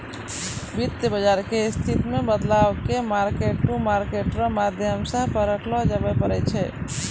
वित्त बाजार के स्थिति मे बदलाव के मार्केट टू मार्केट रो माध्यम से परखलो जाबै पारै छै